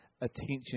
attention